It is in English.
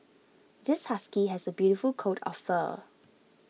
this husky has a beautiful coat of fur